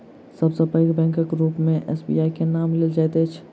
सब सॅ पैघ बैंकक रूप मे एस.बी.आई के नाम लेल जाइत अछि